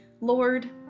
Lord